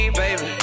baby